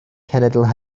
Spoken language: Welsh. cenedl